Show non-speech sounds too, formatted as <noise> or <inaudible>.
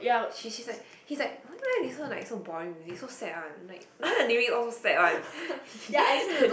she she's like he's like why you listen to like so boring music so sad one like the lyrics all so sad one <laughs>